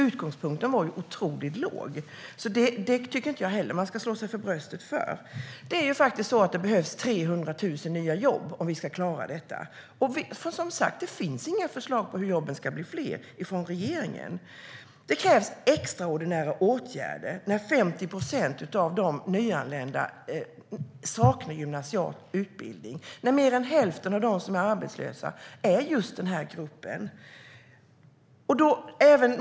Utgångspunkten var ju otroligt låg. Det tycker jag inte heller att man ska slå sig för bröstet för. Det behövs 300 000 nya jobb om vi ska klara detta, och som sagt finns det inte några förslag från regeringen på hur jobben ska bli fler. Det krävs extraordinära åtgärder när 50 procent av de nyanlända saknar gymnasial utbildning och när mer än hälften av dem som är arbetslösa tillhör just denna grupp.